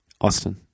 Austin